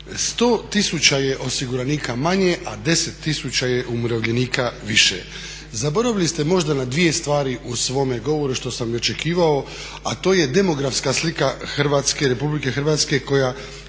100 000 je osiguranika manje, a 10 000 je umirovljenika više. Zaboravili ste možda na dvije stvari u svome govoru što sam i očekivao, a to je demografska slika Republike Hrvatske koja